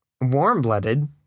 warm-blooded